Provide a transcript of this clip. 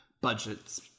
budgets